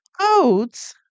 oats